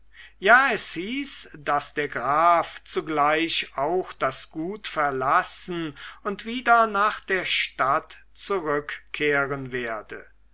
ja es hieß daß der graf zugleich auch das gut verlassen und wieder nach der stadt zurückkehren werde